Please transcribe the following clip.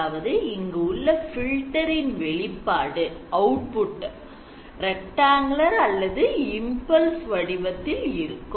அதாவது இங்கு உள்ள filter இன் வெளிப்பாடு rectangular அல்லது impluse வடிவத்தில் இருக்கும்